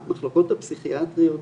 המחלקות הפסיכיאטריות